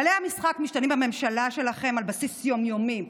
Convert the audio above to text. כללי המשחק משתנים בממשלה שלכם על בסיס יום-יומי.